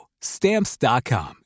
stamps.com